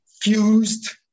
fused